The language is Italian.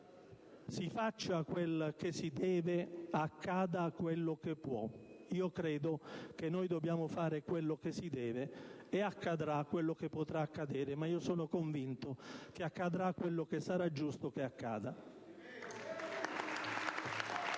«Si faccia quel che si deve, accada quello che può». Credo che noi dobbiamo fare quello che si deve, e accadrà quello che potrà accadere, ma io sono convinto che accadrà quello che sarà giusto che accada.